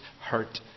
hurt